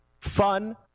fun